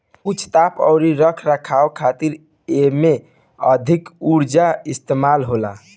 उच्च ताप अउरी रख रखाव खातिर एमे अधिका उर्जा इस्तेमाल होला